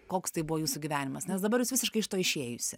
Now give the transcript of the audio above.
koks tai buvo jūsų gyvenimas nes dabar jūs visiškai iš to išėjusi